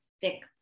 thick